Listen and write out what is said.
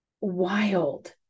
wild